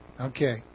Okay